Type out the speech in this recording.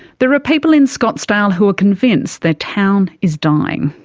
there are people in scottsdale who are convinced their town is dying.